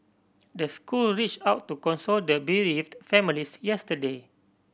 the school reached out to console the bereaved families yesterday